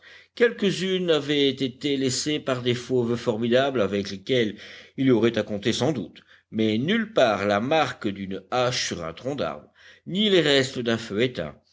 quelquesunes avaient été laissées par des fauves formidables avec lesquels il y aurait à compter sans doute mais nulle part la marque d'une hache sur un tronc d'arbre ni les restes d'un feu éteint